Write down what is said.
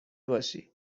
باشی